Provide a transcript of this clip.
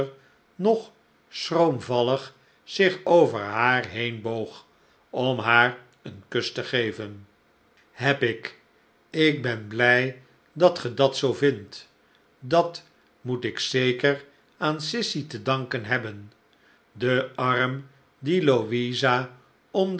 nog schroomvallig zich over haar heen boog om haar een kus te geven heb ik ik ben bin dat ge dat zoo vindt dat moet ik zeker aan sissy te danken hebben de arm dien louisa